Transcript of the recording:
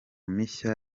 mishya